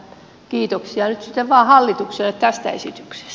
kiitoksia nyt sitten vaan hallitukselle tästä esityksestä